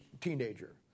teenager